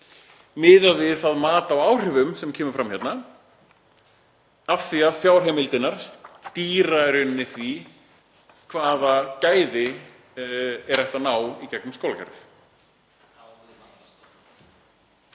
miðað við mat á áhrifum, sem kemur fram hérna, af því að fjárheimildirnar stýra í rauninni því hvaða gæðum er hægt að ná í gegnum skólakerfið.